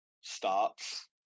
starts